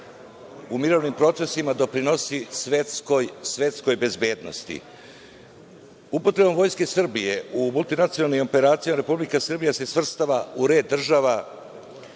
u mirovnim procesima doprinosi svetskoj bezbednosti. Upotrebom Vojske Srbije u multinacionalnim operacijama Republika Srbija se svrstava u red država